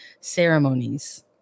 ceremonies